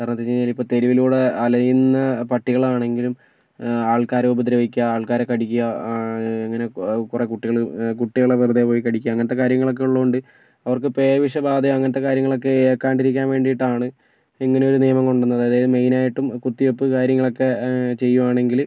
കാരണം എന്ത് എന്ന് വെച്ച് കഴിഞ്ഞാൽ ഇപ്പോൾ തെരുവിലൂടെ അലയുന്ന പട്ടികൾ ആണെങ്കിലും ആൾക്കാരെ ഉപദ്രവിക്കുക ആൾക്കാരെ കടിക്കുക അങ്ങനെ കുറെ കുട്ടികൾ കുട്ടികളെ വെറുതെ പോയി കടിക്കുക അങ്ങനത്തെ കാര്യങ്ങൾ ഒക്കെ ഉള്ളത് കൊണ്ട് അവർക്ക് പേ വിഷബാധ അങ്ങനത്തെ കാര്യങ്ങളൊക്കെ ഏൽക്കാണ്ടിരിക്കാൻ വേണ്ടിയിട്ടാണ് ഇങ്ങനെ ഒരു നിയമം കൊണ്ടുവന്നത് മെയിൻ ആയിട്ടും കുത്തിവെപ്പ് കാര്യങ്ങൾ ഒക്കെ ചെയ്യുകയാണെങ്കിൽ